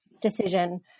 decision